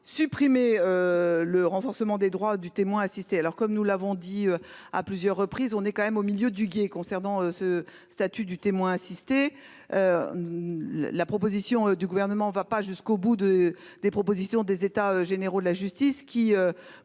supprimer le renforcement des droits du témoin assisté. Comme nous l'avons souligné à plusieurs reprises, nous sommes au milieu du gué concernant ce statut du témoin assisté. La proposition du Gouvernement ne va pas jusqu'au bout des préconisations des États généraux de la justice, qui